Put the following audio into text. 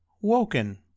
woken